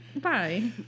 Bye